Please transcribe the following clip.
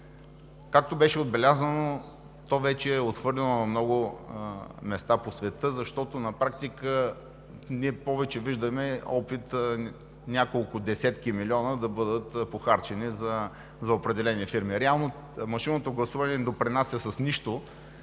както беше отбелязано, то вече е отхвърлено на много места по света, защото на практика ние повече виждаме опит няколко десетки милиона да бъдат похарчени за определени фирми. Реално машинното гласуване не допринася с нищо